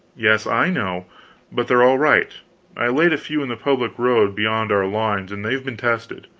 yes, i know but they're all right i laid a few in the public road beyond our lines and they've been tested.